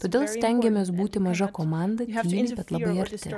todėl stengėmės būti maža komanda nelįsti labai arti